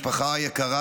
משפחה יקרה,